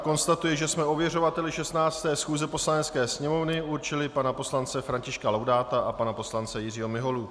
Konstatuji, že jsme ověřovateli 16. schůze Poslanecké sněmovny určili pana poslance Františka Laudáta a pana poslance Jiřího Miholu.